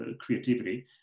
creativity